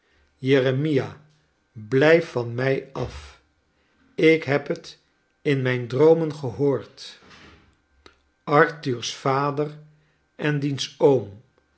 jeremia blijf van mij af ik heb het in mijn droomen gehoord arthur's vader en diens oom